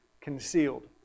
concealed